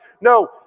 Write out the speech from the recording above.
no